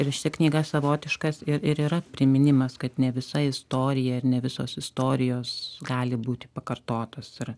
ir ši knyga savotiškas ir ir yra priminimas kad ne visa istorija ir ne visos istorijos gali būti pakartotos ir